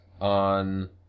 on